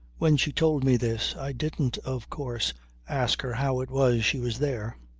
when she told me this, i didn't of course ask her how it was she was there.